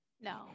No